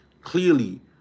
clearly